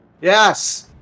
Yes